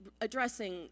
addressing